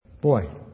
Boy